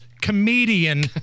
comedian